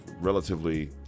relatively